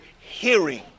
hearing